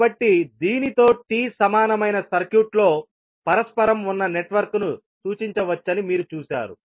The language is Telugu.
కాబట్టి దీనితో T సమానమైన సర్క్యూట్లో పరస్పరం ఉన్న నెట్వర్క్ను సూచించవచ్చని మీరు చూశారు